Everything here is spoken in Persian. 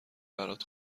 برات